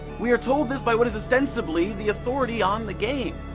we are told this by what is ostensibly the authority on the game,